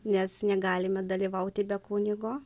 nes negalime dalyvauti be kunigo